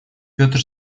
петр